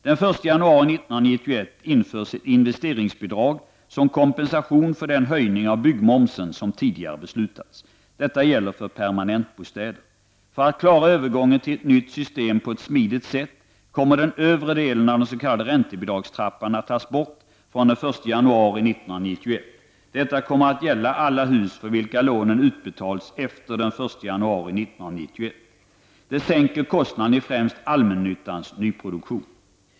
Den 1 januari 1991 införs ett investeringsbidrag som kompensation för den höjning av byggmomsen som tidigare beslutats. Detta gäller för permanentbostäder. För att klara övergången till ett nytt system på ett smidigt sätt kommer den övre delen av den s.k. räntebidragstrappan att tas bort den 1 januari 1991. Detta kommer att gälla alla hus för vilka lånen utbetalas efter den 1 januari 1991. Det sänker kostnaden i främst allmännyttans nyproduktion.